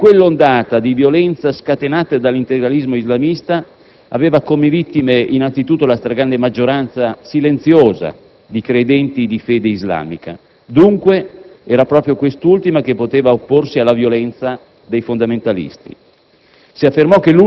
Si osservò che quell'ondata di violenza scatenata dall'integralismo islamista aveva come vittime innanzi tutto la stragrande maggioranza silenziosa di credenti di fede islamica. Dunque, era proprio quest'ultima che poteva opporsi alla violenza dei fondamentalisti.